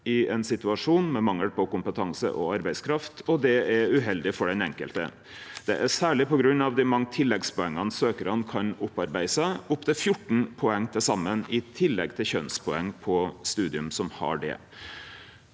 i ein situasjon med mangel på kompetanse og arbeidskraft, og det er uheldig for den enkelte. Det skjer særleg på grunn av dei mange tilleggspoenga søkjarane kan opparbeide seg, opp til 14 poeng til saman, i tillegg til kjønnspoeng på studium som har det.